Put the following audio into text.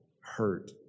hurt